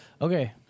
Okay